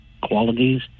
qualities